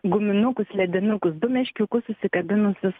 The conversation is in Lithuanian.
guminukus ledinukus du meškiukus susikabinusius